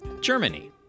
Germany